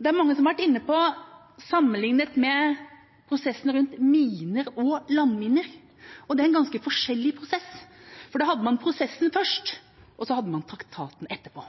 Det er mange som har vært inne på og sammenlignet med prosessen rundt miner og landminer. Det var en ganske annerledes prosess, for da hadde man prosessen først, og så hadde man traktaten etterpå.